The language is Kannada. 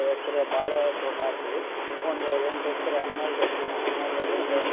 ಎಕ್ರೆ ಬಾಳೆ ತೋಟ ಹಾಕಿವಿ ಒಂದು ಎಂಟು ಎಕ್ರೆ ಹನ್ನೆರಡು ಹನ್ನೆರಡುದಾಗ ಒಂದು